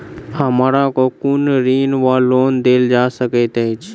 हमरा केँ कुन ऋण वा लोन देल जा सकैत अछि?